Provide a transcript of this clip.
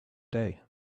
day